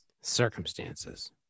circumstances